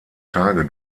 tage